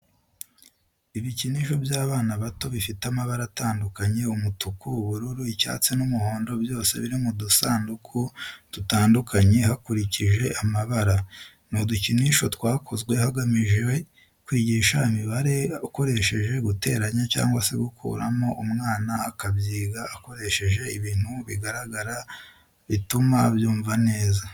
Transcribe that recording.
Ibikinisho by'abana bato bifite amabara atandukanye umutuku, ubururu, icyatsi n'umuhondo byose biri mu dusanduku dutandukanye hakurikije amabara. Ni udukinisho twakozwe hagamijwe kwigisha imibare ukoresheje guteranya cyangwa se gukuramo umwana akabyiga akoresheje ibintu bigaragara bituma abyumva neza.